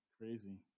Crazy